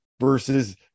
Versus